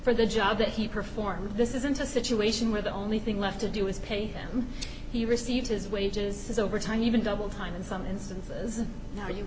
for the job that he performed this isn't a situation where the only thing left to do is pay them he received his wages as overtime even double time in some instances and now you